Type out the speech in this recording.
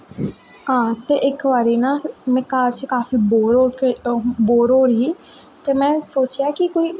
ते हां ते इक बारी में घर च काफी बोर होआ बोर होआ दी ही ते में सोचेआ कि कोई